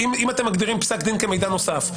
אם אתם מגדירים פסק דין כמידע נוסף.